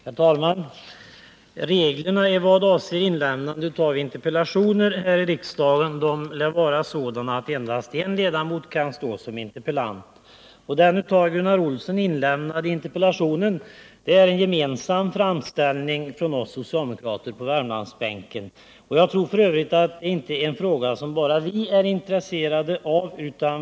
Herr talman! Reglerna i vad avser framställning av interpellationer här i riksdagen lär vara sådana att endast en ledamot kan stå som interpellant. Den av Gunnar Olsson inlämnade interpellationen är en gemensam framställning från socialdemokraterna på Värmlandsbänken. Jag tror f. ö. att detta är en fråga som inte bara vi är intresserade av.